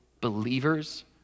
believers